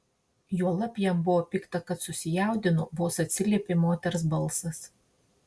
juolab jam buvo pikta kad susijaudino vos atsiliepė moters balsas